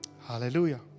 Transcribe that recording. Hallelujah